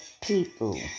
people